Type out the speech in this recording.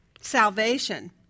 Salvation